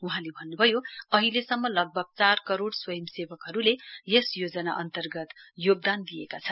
वहाँले भन्न्भयो अहिलेसम्म लगभग चार करोड स्वयंसेवकहरूले यस योजना अन्तर्गत योगदान दिएका छन्